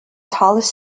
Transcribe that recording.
tallest